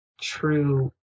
true